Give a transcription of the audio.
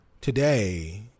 today